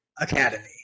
Academy